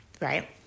right